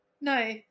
no